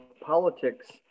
politics